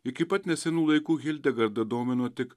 iki pat nesenų laikų hildegarda domino tik